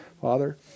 Father